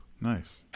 Nice